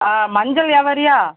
ஆ மஞ்சள் வியாபாரியா